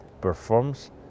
performs